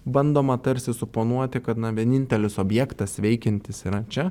bandoma tarsi suponuoti kad na vienintelis objektas veikiantis yra čia